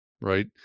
right